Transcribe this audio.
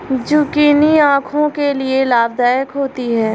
zucchini आंखों के लिए लाभदायक होती है